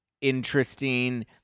interesting